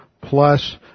plus